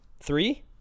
Three